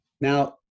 Now